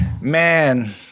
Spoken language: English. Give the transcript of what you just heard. Man